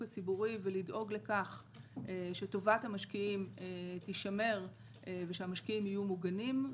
הציבורי ולדאוג לכך שטובת המשקיעים תישמר ושהמשקיעים יהיו מוגנים.